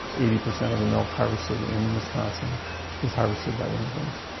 eighty percent of the milk harvested in wisconsin is harvested by immigrants.